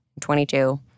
22